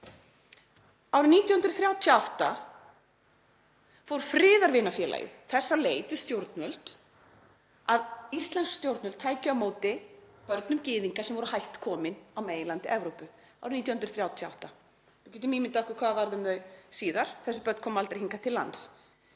Árið 1938 fór Friðarvinafélagið þess á leit við stjórnvöld að íslensk stjórnvöld tækju á móti börnum gyðinga sem voru hætt komin á meginlandi Evrópu — árið 1938. Við getum ímyndað okkur hvað varð um þau síðar þar sem börn komu aldrei hingað til lands.